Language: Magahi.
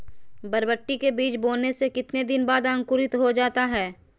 बरबटी के बीज बोने के कितने दिन बाद अंकुरित हो जाता है?